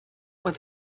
with